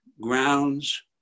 grounds